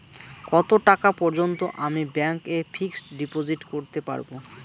কত টাকা পর্যন্ত আমি ব্যাংক এ ফিক্সড ডিপোজিট করতে পারবো?